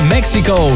Mexico